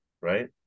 right